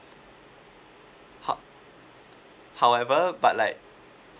how~ however but like